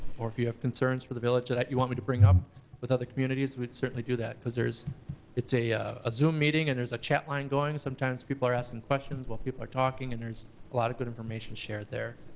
or if you have concerns for the village that you want me to bring up with other communities we'd certainly do that. it's a a zoom meeting, and there's a chat line going. sometimes people are asking questions while people are talking, and there's a lot of good information shared there.